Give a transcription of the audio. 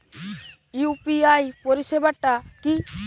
UPI পরিসেবাটা কি?